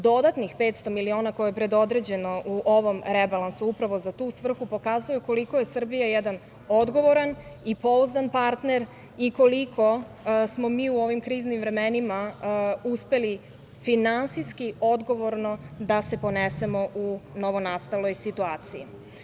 Dodatnih 500 miliona, koje je predodređeno u ovom rebalansu upravo za tu svrhu, pokazuje koliko je Srbija jedan odgovoran i pouzdan partner i koliko smo mi u ovim kriznim vremenima uspeli finansijski, odgovorno da se ponesemo u novonastaloj situaciji.